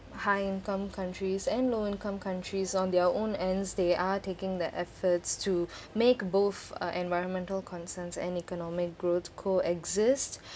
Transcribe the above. high-income countries and low-income countries on their own ends they are taking the efforts to make both uh environmental concerns and economic growth co-exist